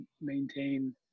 maintain